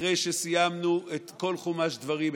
אחרי שסיימנו את כל חומש דברים,